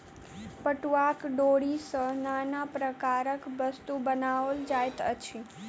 पटुआक डोरी सॅ नाना प्रकारक वस्तु बनाओल जाइत अछि